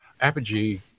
apogee